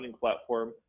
platform